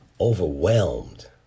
overwhelmed